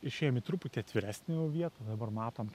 išėjom į truputį atviresnę jau vietą dabar matom